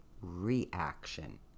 reaction